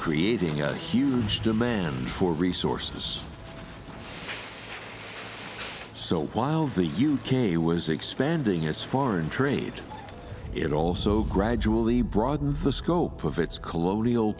creating a huge demand for resources so while the u k was expanding its foreign trade it also gradually broaden the scope of its colonial